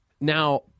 Now